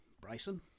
Bryson